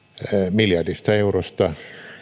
miljardista eurosta